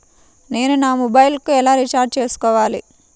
నేను నా మొబైల్కు ఎలా రీఛార్జ్ చేసుకోవాలి?